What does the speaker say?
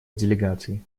делегаций